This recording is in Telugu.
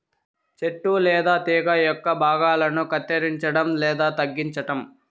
చెట్టు లేదా తీగ యొక్క భాగాలను కత్తిరించడం లేదా తగ్గించటం